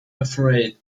afraid